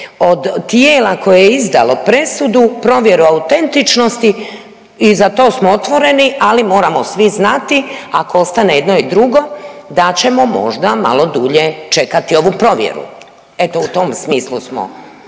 od tijela koje je izdalo presudu provjeru autentičnosti i za to smo otvoreni, ali moramo svi znati ako ostane jedno i drugo da ćemo možda malo duže čekati ovu provjeru. Eto u tom smislu smo,